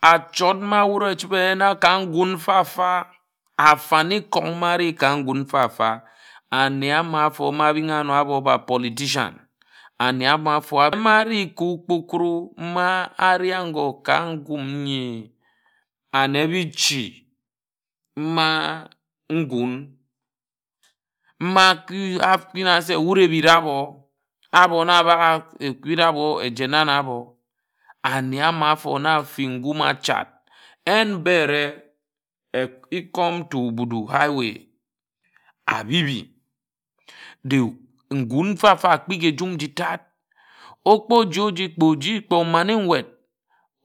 Achort ma wud echibe eyena ka ngun mfa-mfa afanikón ma eri ka ngún mfa-mfa ane ama áfo ma abing áno ábo ba a politician ane ama āfo árim ari ka okpokoro ma eri ángo ka nkum nyi áne bi ishi ama nkún ma akere na se wud ebira ābo. abo na abāk ejena na obo ane ama ófor na áfik ngúm achád. En mba ereh ikom to obudu highway abibi nkún mfa-mfa akpighi ejum nji tad okpó ji oji kpe oji kpe ománe nwed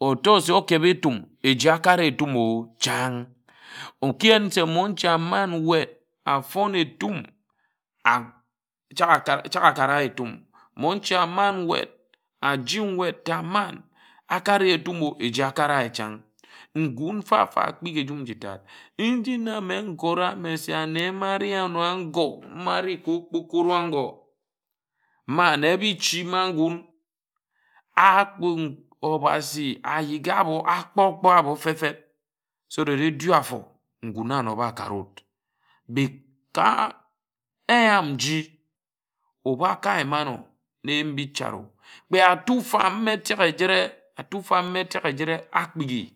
ótor se okeba etum eji ekare etum oh chan̄ oki yen se monche amān nwed afōn etum chak akara ye etummonche aman nwed aji nwed ta aman akare etum o eji akare ye chan̄ ngún mfa-mfa akpighi ejum nji tád nji na mme ngóra ane se ane ma ari ano ngō man ari ka okpokoro ángo ma ane mi ishi ma ngún obhasi ayigha ábo akpó-okpó abo feb feb so that edu áfor ngun anob akare wud ka eyám nji ebu aka yim ano de mbi cha kpe atufam me etek ejire atufam ma etek ejire akpighi.